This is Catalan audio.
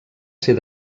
ser